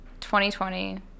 2020